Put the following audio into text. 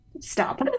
stop